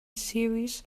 series